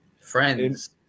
Friends